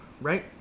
right